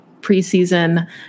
preseason